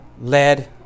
lead